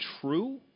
true